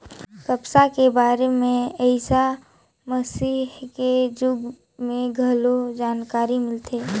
कपसा के बारे में ईसा मसीह के जुग में घलो जानकारी मिलथे